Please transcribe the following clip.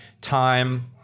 time